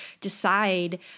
decide